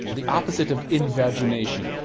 the opposite of invagination.